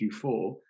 Q4